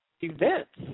events